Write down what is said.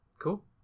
Cool